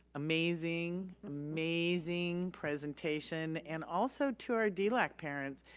amazing amazing presentation and also to our delac parents.